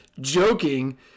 joking